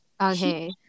Okay